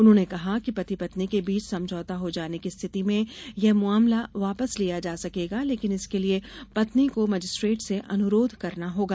उन्होंने कहा कि पति पत्नी के बीच समझौता हो जाने की स्थिति में यह मामला वापस लिया जा सकेगा लेकिन इसके लिए पत्नी को मजिस्ट्रेट से अनुरोध करना होगा